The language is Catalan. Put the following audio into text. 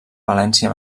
valència